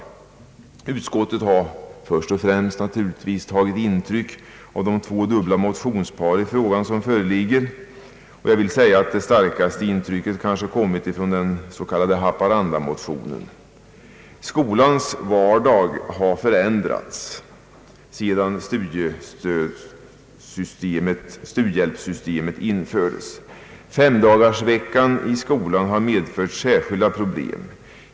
Utskottet har naturligtvis först och främst tagit intryck av de två motionspar som föreligger i frågan, och jag vill säga att det starkaste intrycket måhända härrör från den s.k. Haparandamotionen. Skolans vardag har förändrats sedan studiehjälpssystemet infördes. Femdagarsveckan i skolan har medfört särskilda problem.